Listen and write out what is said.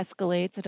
escalates